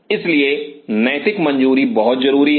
इसलिए नैतिक मंजूरी बहुत जरूरी है